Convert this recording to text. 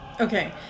Okay